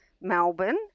Melbourne